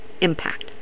impact